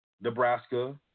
Nebraska